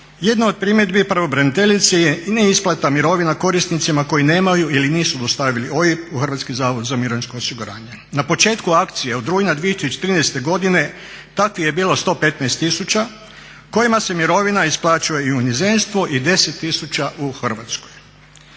Jedna od primjedbi pravobraniteljice je i neisplata mirovina korisnicima koji nemaju ili nisu dostavili OIB u Hrvatski zavod za mirovinsko osiguranje. Na početku akcije od rujna 2014. godine takvih je bilo 115000 kojima se mirovina isplaćuje i u inozemstvu i 10 tisuća u Hrvatskoj.